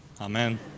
amen